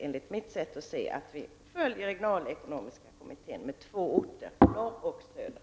Enligt mitt sätt att se gäller det att följa regionalpolitiska kommitténs rekommendation med två orter, i norr och i söder.